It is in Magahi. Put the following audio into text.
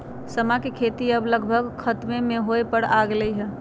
समा के खेती अब लगभग खतमे होय पर आ गेलइ ह